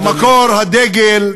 זה מקור הדגל.